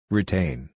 Retain